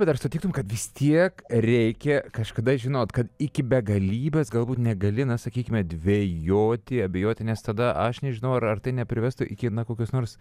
bet ar sutiktum kad vis tiek reikia kažkada žinot kad iki begalybės galbūt negali na sakykime dvejoti abejoti nes tada aš nežinau ar tai neprivestų iki kokios nors